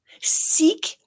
seek